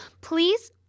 please